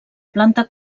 planta